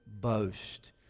boast